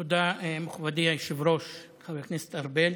תודה, מכובדי היושב-ראש חבר הכנסת ארבל.